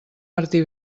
martí